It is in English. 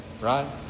right